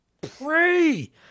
pray